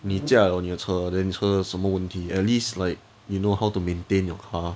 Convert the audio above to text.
你驾你车的车 orh then 你的车有什么问题 then at least like you know how to maintain your car